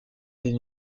des